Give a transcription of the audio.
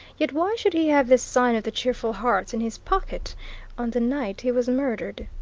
yet, why should he have this sign of the cheerful hearts in his pocket on the night he was murdered?